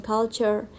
Culture